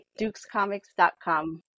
dukescomics.com